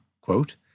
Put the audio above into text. quote